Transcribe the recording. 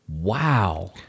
Wow